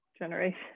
generation